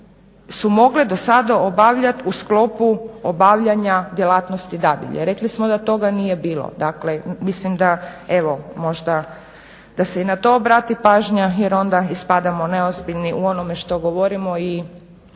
su mogle do sada obavljati u sklopu obavljanja djelatnosti dadilje? Rekli se da toga nije bilo, dakle mislim da možda se i na to obrati pažnja jer onda ispadamo neozbiljni u onome što govorimo i